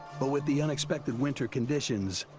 but with the unexpected winter conditions,